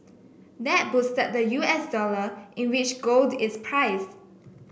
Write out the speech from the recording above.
that boosted the U S dollar in which gold is priced